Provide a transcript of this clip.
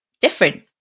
different